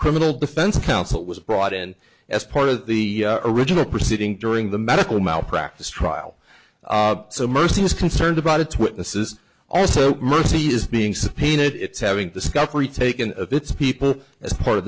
criminal defense counsel was brought in as part of the original proceeding during the medical malpractise trial so mercy is concerned about its witnesses also mercy is being subpoenaed it's having discovery taken of its people as part of